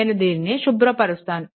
నేను దీనిని శుభ్రపరుస్తాను